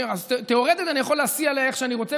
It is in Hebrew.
אז תיאורטית אני יכול להסיע עליה איך שאני רוצה,